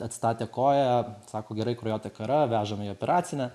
atstatė koją sako gerai kraujotaka yra vežam į operacinę